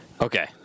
Okay